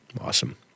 Awesome